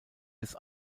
des